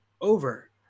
over